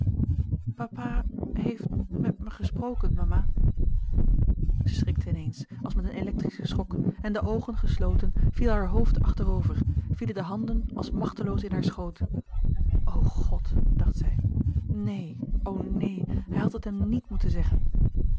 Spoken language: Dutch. papa heeft met me gesproken mama zij schrikte in eens als met een electrischen schok en de oogen gesloten viel haar hoofd achterover vielen de handen als machteloos in haar schoot o god dacht zij neen o neen hij had het hem nièt moeten zeggen